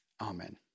amen